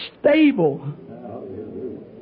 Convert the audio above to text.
stable